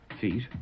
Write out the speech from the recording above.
feet